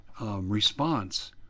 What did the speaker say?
Response